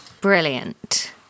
Brilliant